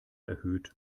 erhöht